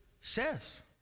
says